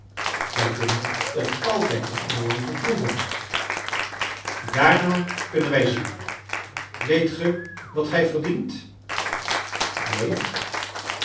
wij kunnen het altijd in engeland beproeven daarna kunnen wij zien weet ge wat gij verdient neen